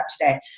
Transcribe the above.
today